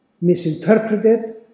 misinterpreted